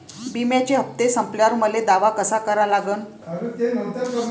बिम्याचे हप्ते संपल्यावर मले दावा कसा करा लागन?